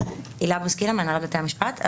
מהנהלת בתי המשפט.